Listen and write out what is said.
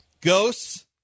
ghosts